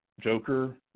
Joker